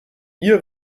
ihr